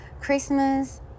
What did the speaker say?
Christmas